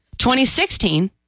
2016